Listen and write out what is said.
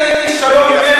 יש יותר איש שלום ממנו?